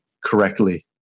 correctly